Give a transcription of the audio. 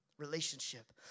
relationship